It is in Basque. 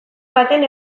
batean